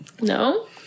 No